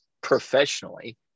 professionally